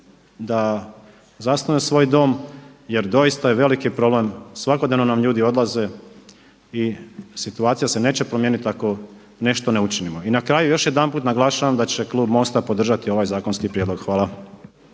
da zasnuju svoj dom jer doista je veliki problem svakodnevno nam ljudi odlaze i situacija se neće promijeniti ako nešto ne učinimo. I na kraju još jedanput naglašavam da će klub MOST-a podržati ovaj zakonski prijedlog. Hvala.